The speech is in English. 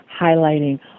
highlighting –